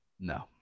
No